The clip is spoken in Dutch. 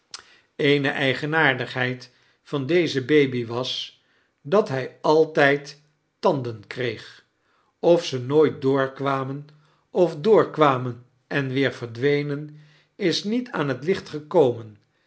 eene eigenaardigheid van deze baby was dat hij altijd tanden kreeg of ze nooit doorkwamen of doorkwamen en weer verdwenen is niet aam het licht gekomen